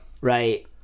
right